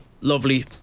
lovely